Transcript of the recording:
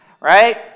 right